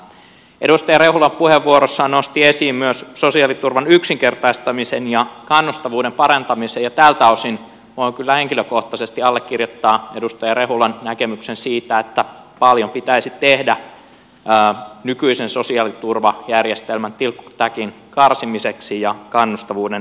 edustaja rehula puheenvuorossaan nosti esiin myös sosiaaliturvan yksinkertaistamisen ja kannustavuuden parantamisen ja tältä osin voin kyllä henkilökohtaisesti allekirjoittaa edustaja rehulan näkemyksen siitä että paljon pitäisi tehdä nykyisen sosiaaliturvajärjestelmän tilkkutäkin karsimiseksi ja kannustavuuden parantamiseksi